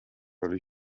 oli